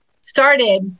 started